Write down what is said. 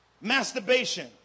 Masturbation